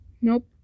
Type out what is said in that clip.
nope